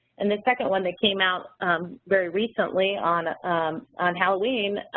and the second one that came out very recently on on halloween,